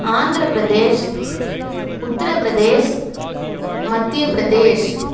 Andhra Pradesh Uttar Pradesh Madhya Pradesh